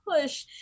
push